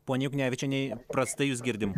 ponia juknevičiene prastai jus girdim